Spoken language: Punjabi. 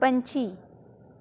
ਪੰਛੀ